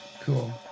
Cool